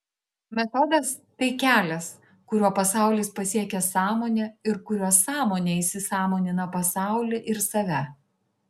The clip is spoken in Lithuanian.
metodas tai kelias kuriuo pasaulis pasiekia sąmonę ir kuriuo sąmonė įsisąmonina pasaulį ir save